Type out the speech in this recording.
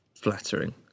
flattering